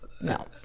No